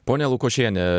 ponia lukošiene